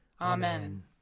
Amen